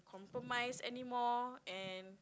compromise anymore and